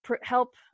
help